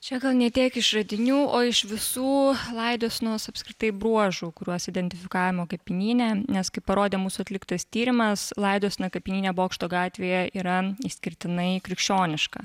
čia gal ne tiek iš radinių o iš visų laidosenos apskritai bruožų kuriuos identifikavome kapinyne nes kaip parodė mūsų atliktas tyrimas laidosena kapinyne bokšto gatvėje yra išskirtinai krikščioniška